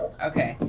okay,